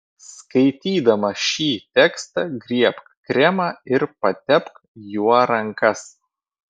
skaitydama šį tekstą griebk kremą ir patepk juo rankas